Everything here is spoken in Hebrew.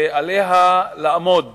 ועליה לעמוד